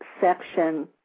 section